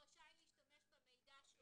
זאת אומרת,